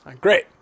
Great